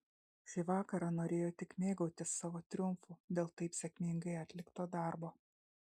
šį vakarą norėjo tik mėgautis savo triumfu dėl taip sėkmingai atlikto darbo